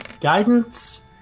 guidance